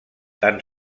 tan